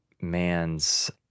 man's